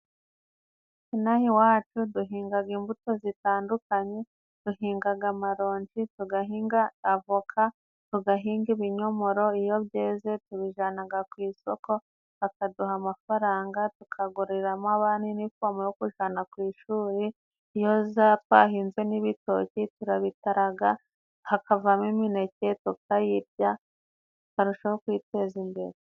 Inaha iwacu duhingaga imbuto zitandukanye. Duhingaga: amaronji, tugahinga avoka, tugahinga ibinyomoro. Iyo byeze tubijanaga ku isoko bakaduha amafaranga, tukaguriramo abana inifomu yo kujana ku ishuri. Iyo za twahinzemo ibitoki turabitaraga hakavamo imineke, tukayirya tukarushaho kwiteza imbere.